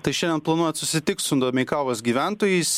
tai šiandien planuojat susitiks su domeikavos gyventojais